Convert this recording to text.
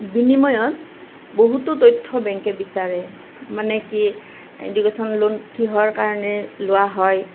বিনিময়ত বহুতো তথ্য বেংকে বিচাৰে মানে কি এডুকেশ্যন লোন কিহৰ কাৰণে লোৱা হয়